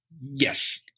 Yes